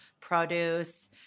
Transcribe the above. produce